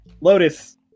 Lotus